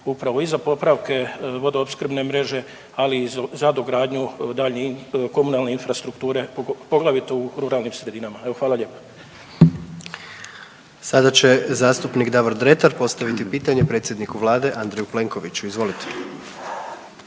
upravo i za popravke vodoopskrbne mreže, ali i za dogradnju daljnje komunalne infrastrukture poglavito u ruralnim sredinama. Evo, hvala lijepo. **Jandroković, Gordan (HDZ)** Sada će zastupnik Davor Dretar postaviti pitanje predsjedniku vlade Andreju Plenkoviću, izvolite.